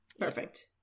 Perfect